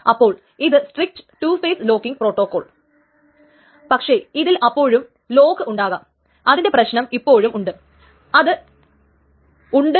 അതുപോലെ തന്നെ കോൺഫ്ലിക്റ്റ് സീരീയലൈസസിബിലിറ്റിക്ക് ഉറപ്പ് തരുന്നുണ്ടെങ്കിലും ഇതിന് പ്രശ്നങ്ങൾ അതായത് സ്റ്റാർവേഷനും നോൺ റികവറബിലിറ്റിയും ഉണ്ടാകുന്നുണ്ട്